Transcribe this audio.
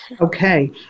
Okay